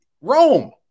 Rome